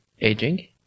Aging